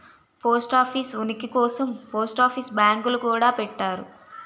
post office ఉనికి కోసం post office బ్యాంకులు గూడా పెట్టారు